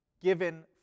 given